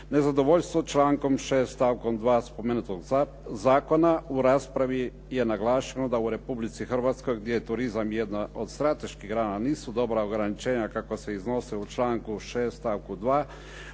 nezadovoljstvo člankom 6. stavkom 2. spomenutog zakona. U raspravi je naglašeno da u Republici Hrvatskoj gdje je turizam jedna od strateških grana nisu dobra ograničenja kakva se iznose u članku 6. stavku 2.